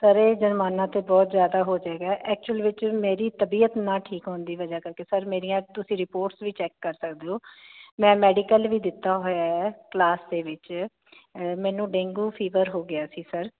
sir ਇਹ ਜੁਰਮਾਨਾ ਤੇ ਬਹੁਤ ਜਿਆਦਾ ਹੋ ਜਾਏਗਾ ਐਕਚੁਅਲ ਵਿੱਚ ਮੇਰੀ ਤਬੀਅਤ ਨਾ ਠੀਕ ਹੋਣ ਦੀ ਵਜਹਾ ਕਰਕੇ ਸਰ ਮੇਰੀਆਂ ਤੁਸੀਂ ਰਿਪੋਰਟਸ ਵੀ ਚੈੱਕ ਕਰ ਸਕਦੇ ਹੋ ਮੈਂ ਮੈਡੀਕਲ ਵੀ ਦਿੱਤਾ ਹੋਇਆ ਕਲਾਸ ਦੇ ਵਿੱਚ ਮੈਨੂੰ ਡੇਂਗੂ ਫੀਵਰ ਹੋ ਗਿਆ ਸੀ ਸਰ